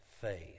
faith